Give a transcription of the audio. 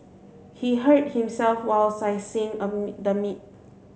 he hurt himself while slicing the meat